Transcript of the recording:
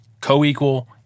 Co-equal